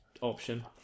option